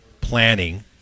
planning